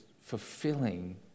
fulfilling